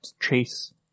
chase